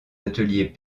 ateliers